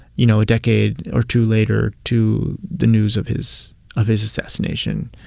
you know, a decade or two later to the news of his of his assassination?